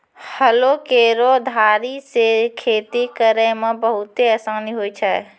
हलो केरो धारी सें खेती करै म बहुते आसानी होय छै?